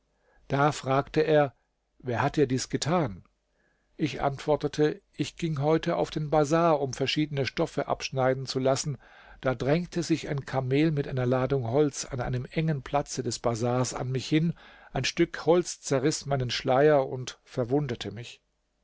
da fragte er wer hat dir dies getan ich antwortete ich ging heute auf den bazar um mir verschiedene stoffe abschneiden zu lassen da drängte sich ein kamel mit einer ladung holz an einem engen platze des bazars an mich hin ein stück holz zerriß meinen schleier und verwundete mich